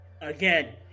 Again